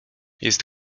jest